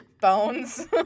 bones